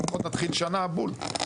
לפחות נתחיל שנה בול.